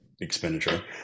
expenditure